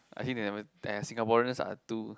I think they never !aiya! Singaporeans are too